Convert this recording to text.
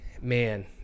man